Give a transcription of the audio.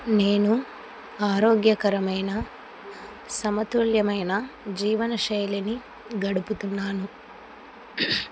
నేను ఆరోగ్యకరమైన సమతుల్యమైన జీవనశైలిని గడుపుతున్నాను